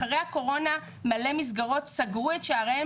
אחרי הקורונה הרבה מסגרות סגרו את שעריהן